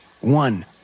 One